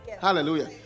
Hallelujah